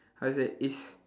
how to say it's